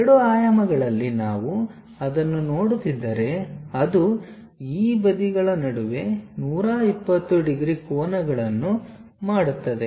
ಎರಡು ಆಯಾಮಗಳಲ್ಲಿ ನಾವು ಅದನ್ನು ನೋಡುತ್ತಿದ್ದರೆ ಅದು ಈ ಬದಿಗಳ ನಡುವೆ 120 ಡಿಗ್ರಿ ಕೋನವನ್ನು ಮಾಡುತ್ತದೆ